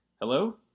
Hello